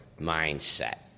mindset